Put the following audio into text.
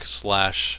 slash